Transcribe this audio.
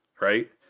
Right